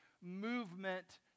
movement